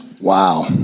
Wow